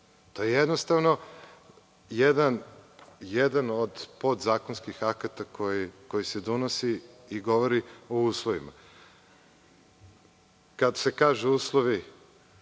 To je jednostavno jedan od podzakonskih akata koji se donosi i govori o uslovima. Kad se kaže uslovi